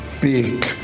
big